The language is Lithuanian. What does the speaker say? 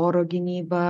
oro gynyba